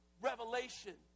revelation